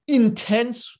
intense